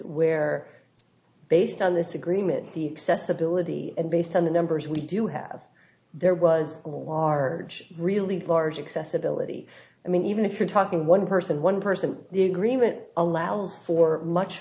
where based on this agreement the cess ability and based on the numbers we do have there was a large really large accessibility i mean even if you're talking one person one person the agreement allows for much